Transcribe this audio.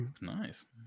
Nice